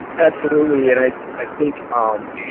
absolutely, and i i think um